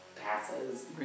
passes